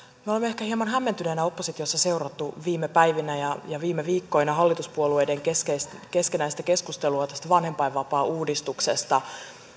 me olemme ehkä hieman hämmentyneinä oppositiossa seuranneet viime päivinä ja ja viime viikkoina hallituspuolueiden keskinäistä keskustelua tästä vanhempainvapaauudistuksesta